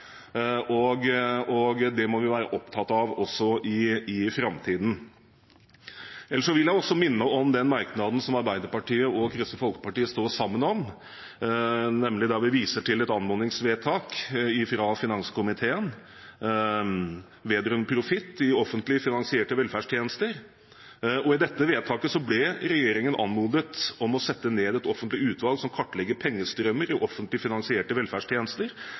Det må vi være opptatt av også i framtiden. Ellers vil jeg minne om den merknaden som Arbeiderpartiet og Kristelig Folkeparti står sammen om, der vi viser til et anmodningsvedtak fra finanskomiteen vedrørende profitt i offentlig finansierte velferdstjenester. I dette vedtaket ble regjeringen anmodet om å sette ned et offentlig utvalg som kartlegger pengestrømmer i offentlig finansierte velferdstjenester,